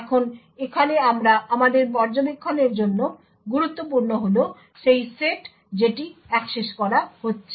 এখন এখানে আমাদের পর্যবেক্ষনের জন্য গুরুত্বপূর্ণ হল সেই সেট যেটি অ্যাক্সেস করা হচ্ছে